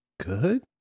good